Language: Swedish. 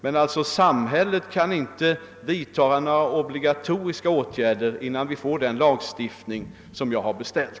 Några obligatoriska åtgärder kan samhället emel« lertid inte föreskriva innan vi får den lagstiftning som jag har beställt.